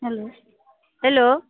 hello hello